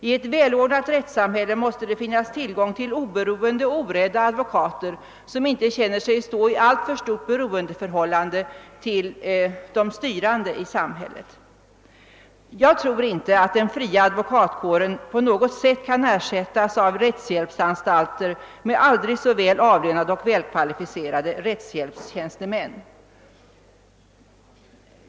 I ett välordnat rättssamhälle måste det finnas tillgång till oberoende och orädda advokater som inte känner sig stå i alltför stort beroendeförhållande till de styrande i samhället. Jag tror inte att den fria advokatkåren på något sätt kan ersättas av rättshjälpsanstalter med aldrig så välavlönade och välkvalificerade rättshjälpstjänstemän.